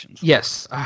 Yes